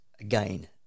again